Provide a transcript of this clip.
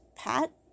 Pat